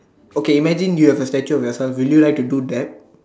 okay imagine you have a statue of yourself would you like to do dab